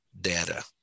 data